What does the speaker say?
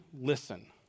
listen